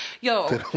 Yo